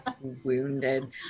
Wounded